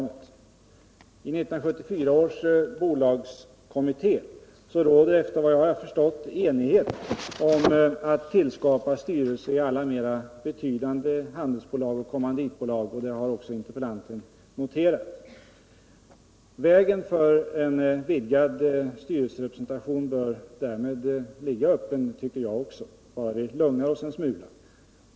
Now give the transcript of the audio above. I 1974 års bolagskommitté råder efter vad jag har förstått enighet om att tillskapa styrelser i alla mera betydande handelsbolag och kommanditbolag. Det har också interpellanten noterat. Vägen för vidgad styrelserepresentation bör därmed ligga öppen. Det tycker jag också, bara vi lugnar oss en smula.